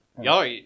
Y'all